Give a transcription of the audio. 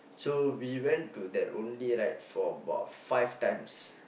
so we went to that only right for about five times